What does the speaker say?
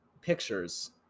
pictures